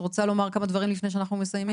את רוצה לומר כמה דברים לפני שאנחנו מסיימים.